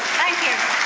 thank you.